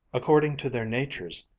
according to their natures,